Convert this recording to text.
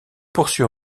poursuit